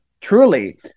Truly